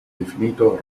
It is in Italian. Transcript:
definito